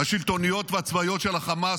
השלטוניות והצבאיות של חמאס,